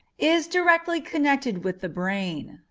is directly connected with the brain.